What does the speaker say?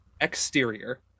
exterior